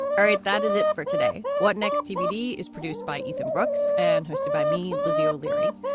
all right. that is it for today. what next? tbd is produced by ethan brooks and hosted by me. lizzie o'leary.